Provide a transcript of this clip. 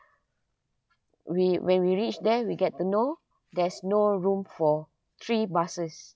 we when we reach there we get to know there's no room for three buses